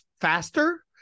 faster